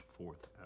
Fourth